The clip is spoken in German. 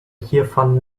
hiervon